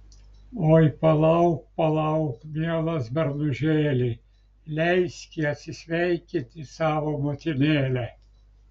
oi palauk palauk mielas bernužėli leiski atsisveikinti savo motinėlę